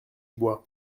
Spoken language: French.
bois